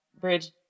bridge